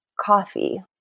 coffee